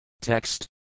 Text